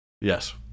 Yes